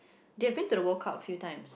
they been to the World-Cup a few time